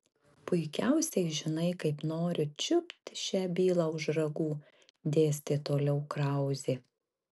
puikiausiai žinai kaip noriu čiupt šią bylą už ragų dėstė toliau krauzė